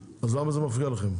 למה זה מפריע לכם?